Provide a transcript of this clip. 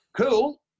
cool